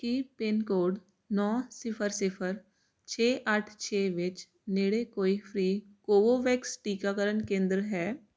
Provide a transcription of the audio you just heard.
ਕੀ pin code ਨੌ ਸਿਫਰ ਸਿਫਰ ਛੇ ਅੱਠ ਛੇ ਵਿੱਚ ਨੇੜੇ ਕੋਈ ਫ੍ਰੀ ਕੋਵੋਵੈਕਸ ਟੀਕਾਕਰਨ ਕੇਂਦਰ ਹੈ